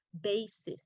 basis